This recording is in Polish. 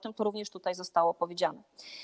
To również tutaj zostało powiedziane.